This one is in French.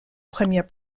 première